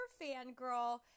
fangirl